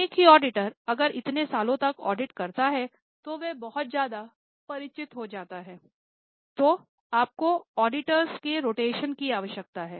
एक ही ऑडिटर अगर इतने सालों तक ऑडिट करता है तो वे बहुत ज्यादा परिचित हो जाते हैं तो आपको ऑडिटर्स के रोटेशन की आवश्यकता है